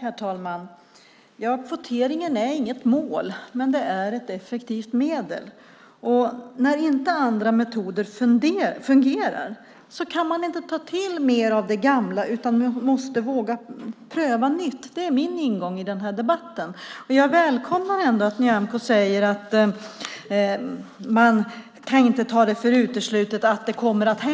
Herr talman! Kvotering är inget mål men ett effektivt medel. När andra metoder inte fungerar kan man inte ta till mer av det gamla utan måste våga pröva nytt. Det är min ingång i denna debatt. Jag välkomnar ändå att Nyamko säger att man inte kan utesluta att det kommer att ske